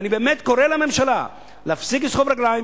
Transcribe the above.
ואני באמת קורא לממשלה להפסיק לסחוב רגליים.